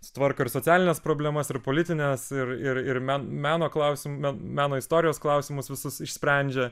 tvarko ir socialines problemas ir politines ir ir men meno klausimą meno istorijos klausimus visus išsprendžia